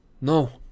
No